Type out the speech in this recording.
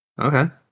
Okay